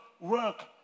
work